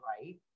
right